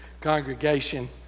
congregation